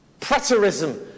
Preterism